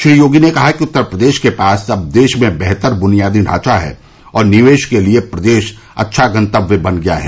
श्री योगी ने कहा कि उत्तर प्रदेश के पास अब देश में बेहतर बुनियादी ढांचा है और निवेश के लिए प्रदेश अच्छा गंतव्य बन गया है